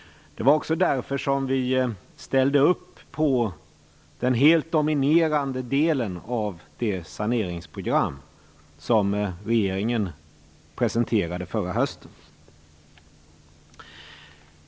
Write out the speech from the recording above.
Det var också därför som vi ställde upp på den helt dominerande delen av det saneringsprogram som regeringen presenterade förra hösten.